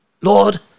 Lord